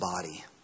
body